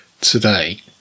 today